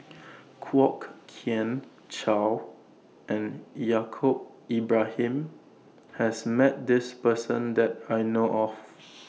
Kwok Kian Chow and Yaacob Ibrahim has Met This Person that I know of